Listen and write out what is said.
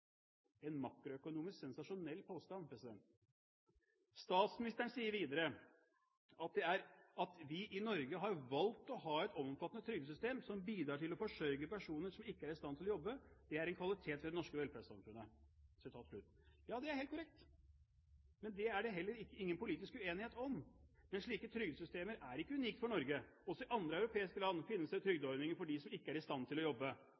en makroøkonomisk sensasjonell påstand. Statsministeren sier videre: «At vi i Norge har valgt å ha et omfattende trygdesystem som bidrar til å forsørge personer som ikke er i stand til å jobbe, er en kvalitet ved det norske velferdssamfunnet.» Ja, det er helt korrekt, men det er det heller ingen politisk uenighet om. Men slike trygdesystemer er ikke unike for Norge. Også i andre europeiske land finnes det trygdeordninger for dem som ikke er i stand til å jobbe.